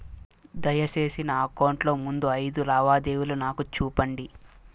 దయసేసి నా అకౌంట్ లో ముందు అయిదు లావాదేవీలు నాకు చూపండి